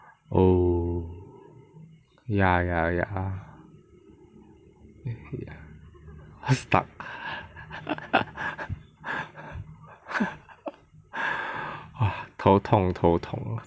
oh ya ya ya stuck !wah! 头痛头痛